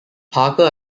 parker